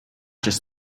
just